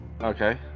Okay